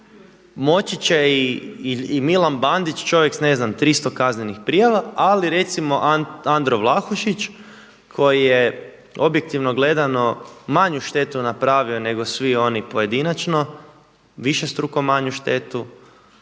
Moći će i Milan Bandić, čovjek s ne znam 300 kaznenih prijava, ali recimo Andro Vlahušić koji je objektivno gledano manju štetu napravio nego svi oni pojedinačno, višestruko manju štetu,